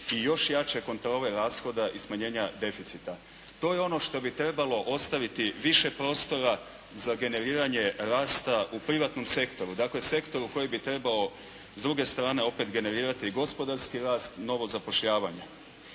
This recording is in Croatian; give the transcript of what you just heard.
i još jače kontrole rashoda i smanjenja deficita. To je ono što bi trebalo ostaviti više prostora za generiranje rasta u privatnom sektoru, dakle sektoru koji bi trebao s druge strane opet generirati gospodarski rast i novo zapošljavanje.